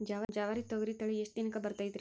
ಜವಾರಿ ತೊಗರಿ ತಳಿ ಎಷ್ಟ ದಿನಕ್ಕ ಬರತೈತ್ರಿ?